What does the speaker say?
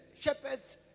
Shepherds